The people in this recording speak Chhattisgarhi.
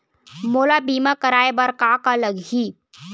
मोला बीमा कराये बर का का लगही?